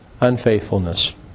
unfaithfulness